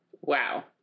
Wow